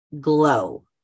glow